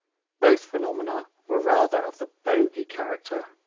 both phenomena were rather of the bogey character